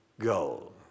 goal